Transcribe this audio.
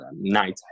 night